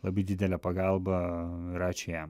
labai didelė pagalba ir ačiū jam